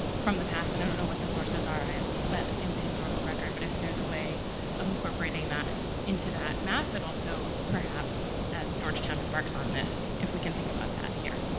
from the past and i don't know what the sources are ah in the historical record, but if there's a way of incorporating that into that map, but also perhaps as georgetown embarks on this if we can think about that here.